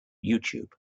youtube